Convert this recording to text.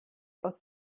aus